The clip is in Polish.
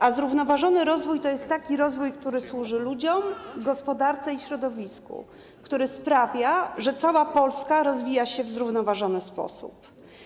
A zrównoważony rozwój to jest taki rozwój, który służy ludziom, gospodarce i środowisku, który sprawia, że cała Polska rozwija się w zrównoważony sposób.